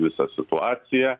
visą situaciją